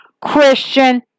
Christian